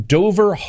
Dover